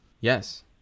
Yes